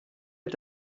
est